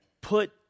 put